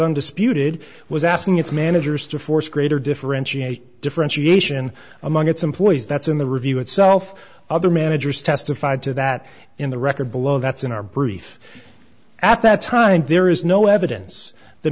undisputed was asking its managers to force greater differentiate differentiation among its employees that's in the review itself other managers testified to that in the record below that's in our brief at that time there is no evidence that